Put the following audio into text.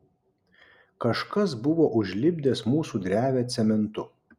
kažkas buvo užlipdęs mūsų drevę cementu